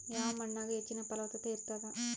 ಯಾವ ಮಣ್ಣಾಗ ಹೆಚ್ಚಿನ ಫಲವತ್ತತ ಇರತ್ತಾದ?